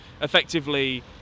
effectively